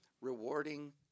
rewarding